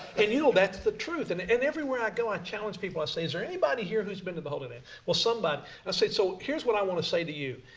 and you know that's the truth. and and everywhere i go i challenge people, i say, is there anybody who has been to the holy land? well somebody. i say, so here is what i want to say to you,